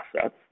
assets